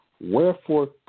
wherefore